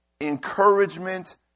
encouragement